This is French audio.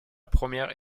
première